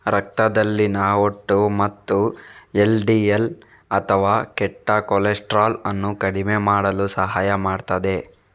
ರಕ್ತದಲ್ಲಿನ ಒಟ್ಟು ಮತ್ತು ಎಲ್.ಡಿ.ಎಲ್ ಅಥವಾ ಕೆಟ್ಟ ಕೊಲೆಸ್ಟ್ರಾಲ್ ಅನ್ನು ಕಡಿಮೆ ಮಾಡಲು ಸಹಾಯ ಮಾಡುತ್ತದೆ